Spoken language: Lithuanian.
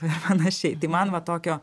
ir panašiai tai man va tokio